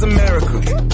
America